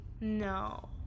No